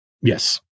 Yes